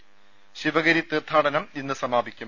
്ഥ ശിവഗിരി തീർത്ഥാടനം ഇന്ന് സമാപിക്കും